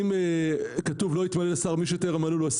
אם כתוב: לא יתמנה לשר מי שטרם מלאו לו 21